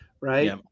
right